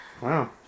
Wow